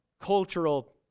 cultural